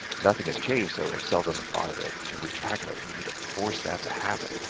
nothing has changed, so excel doesn't bother to to recalculate, we need to force that to happen.